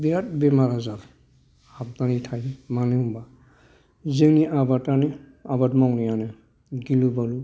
बिराद बेमार आजार हाबनानै थायो मानो होनबा जोंनि आबादानो आबाद मावनायानो गिलु बालु